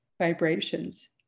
vibrations